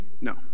no